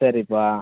சரிப்பா